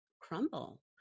crumble